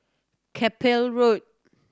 Chapel Road